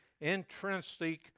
intrinsic